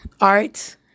art